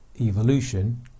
evolution